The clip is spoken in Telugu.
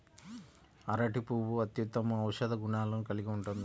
అరటి పువ్వు అత్యుత్తమ ఔషధ గుణాలను కలిగి ఉంటుంది